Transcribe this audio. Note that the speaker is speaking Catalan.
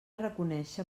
reconéixer